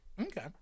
Okay